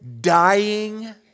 dying